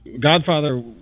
Godfather